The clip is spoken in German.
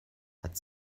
hat